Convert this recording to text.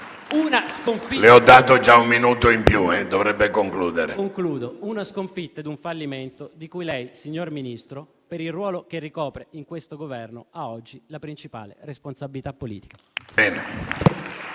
Le ho già dato un minuto in più, dovrebbe concludere. LOMBARDO *(Misto-Az-RE)*. Concludo. Sono una sconfitta e un fallimento di cui lei, signor Ministro, per il ruolo che ricopre in questo Governo, ha oggi la principale responsabilità politica.